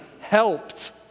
helped